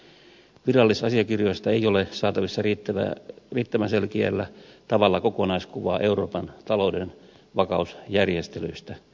virallisista asiakirjoista ei ole saatavissa riittävän selkeällä tavalla kokonaiskuvaa euroopan talouden vakausjärjestelyistä